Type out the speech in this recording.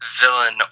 Villain